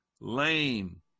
lame